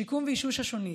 שיקום ואישוש השונית,